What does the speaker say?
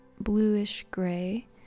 bluish-gray